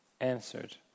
answered